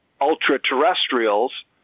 ultra-terrestrials